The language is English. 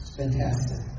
fantastic